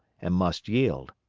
and must yield.